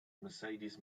mercedes